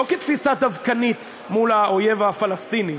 לא כתפיסה דווקנית מול האויב הפלסטיני,